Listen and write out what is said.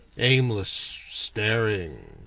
aimless, staring,